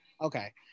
okay